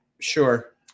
sure